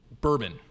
bourbon